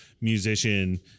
musician